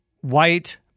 white